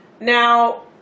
Now